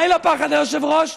די לפחד, היושב-ראש.